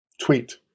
tweet